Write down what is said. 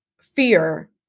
fear